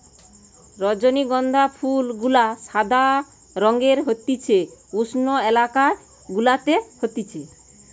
রজনীগন্ধা ফুল গুলা সাদা রঙের হতিছে উষ্ণ এলাকা গুলাতে হতিছে